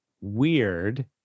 weird